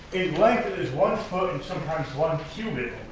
in length, it is one foot, and sometimes one cubit,